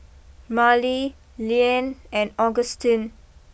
Marely Leann and Agustin